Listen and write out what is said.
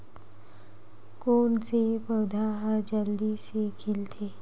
कोन से पौधा ह जल्दी से खिलथे?